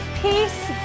Peace